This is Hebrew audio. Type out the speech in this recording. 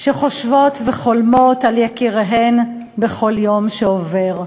שחושבות וחולמות על יקיריהן בכל יום שעובר.